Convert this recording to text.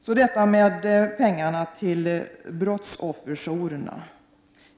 Så detta med pengarna till brottsofferjourerna.